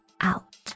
out